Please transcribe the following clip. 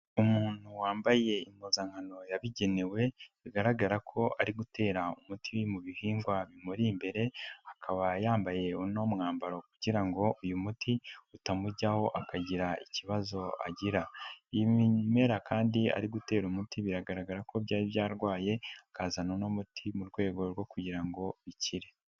Umuntu wambaye impuzankano yabigenewe, bigaragara ko ari gutera umuti mu bihingwa bimuri imbere, akaba yambaye uno mwambaro kugira ngo uyu muti utamujyaho akagira ikibazo agira. Ibi bimera kandi ari gutera umuti biragaragara ko byari byarwaye, akazana n'umuti mu rwego rwo kugira ngo bikire.